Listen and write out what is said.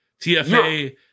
tfa